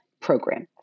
program